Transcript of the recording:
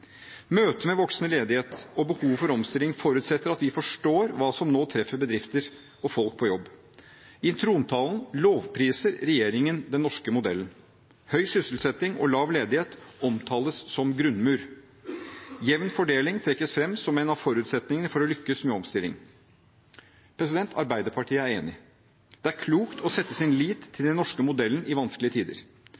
Møte med voksende ledighet og behov for omstilling forutsetter at vi forstår hva som nå treffer bedrifter og folk på jobb. I trontalen lovpriser regjeringen den norske modellen. Høy sysselsetting og lav ledighet omtales som en grunnmur. Jevn fordeling trekkes fram som en av forutsetningene for å lykkes med omstilling. Arbeiderpartiet er enig. Det er klokt å sette sin lit til